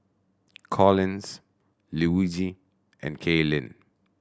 Collins Luigi and Kaylin